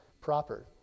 proper